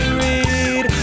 read